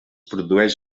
produeix